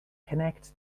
connect